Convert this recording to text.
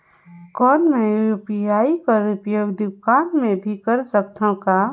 कौन मै यू.पी.आई कर उपयोग दुकान मे भी कर सकथव का?